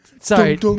sorry